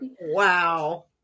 Wow